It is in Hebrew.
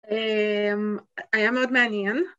היה מאוד מעניין.